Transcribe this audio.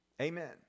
Amen